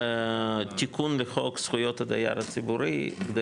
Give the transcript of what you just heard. תיקון לחוק זכויות הדייר הציבורי כדי